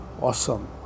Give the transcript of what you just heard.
awesome